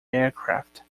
aircraft